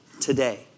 today